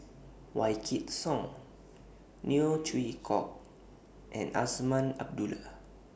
Wykidd Song Neo Chwee Kok and Azman Abdullah